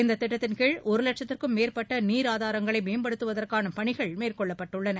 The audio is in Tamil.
இந்த திட்டத்தின்கீழ் ஒரு வட்சத்திற்கும் மேற்பட்ட நீர் ஆதாரங்களை மேம்படுத்துவதற்கான பணிகள் மேற்கொள்ளப்பட்டுள்ளன